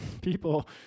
people